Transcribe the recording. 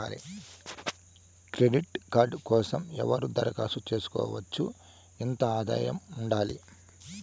Credit card కోసం ఎవరు దరఖాస్తు చేసుకోవచ్చు? ఎంత ఆదాయం ఉండాలి?